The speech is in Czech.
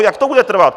Jak to bude trvat?